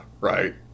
right